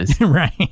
right